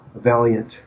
valiant